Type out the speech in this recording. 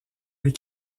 des